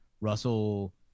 russell